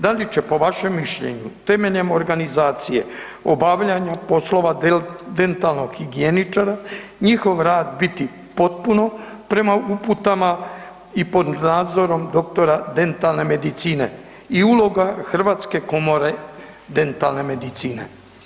Da li će po vašem mišljenju temeljem organizacije obavljanja poslova dentalnog higijeničara njihov rad biti potpuno prema uputama i pod nadzorom doktora dentalne medicine i uloga Hrvatske komore dentalne medicine?